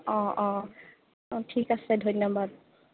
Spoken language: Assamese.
অঁ অঁ ঠিক আছে ধন্যবাদ